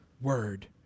word